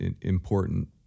important